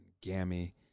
Gammy